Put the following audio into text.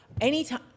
Anytime